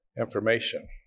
information